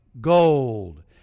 gold